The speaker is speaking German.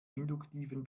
induktiven